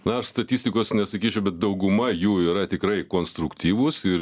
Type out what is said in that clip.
na aš statistikos nesakyčiau bet dauguma jų yra tikrai konstruktyvūs ir